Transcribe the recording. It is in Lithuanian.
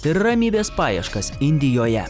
ir ramybės paieškas indijoje